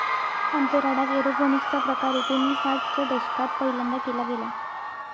अंतराळात एरोपोनिक्स चा प्रकार एकोणिसाठ च्या दशकात पहिल्यांदा केला गेला